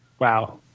Wow